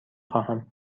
خواهم